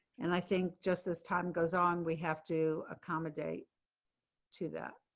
and i think just as time goes on. we have to accommodate to that.